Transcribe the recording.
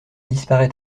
disparaît